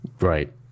Right